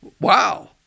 wow